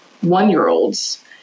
one-year-olds